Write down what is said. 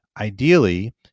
ideally